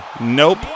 Nope